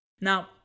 Now